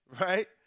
right